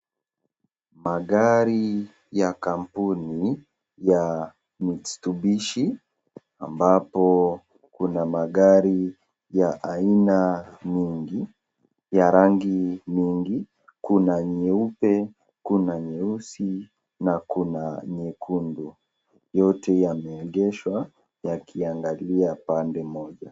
Magari ya kampuni ya Mitsubishi ambapo kuna magari ya aina mengi ya rangi mengi kuna nyeupe kuna nyeusi na kuna nyekundu, yote yameegeshwa yakiangalia pande mmoja.